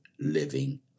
living